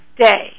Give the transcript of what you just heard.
day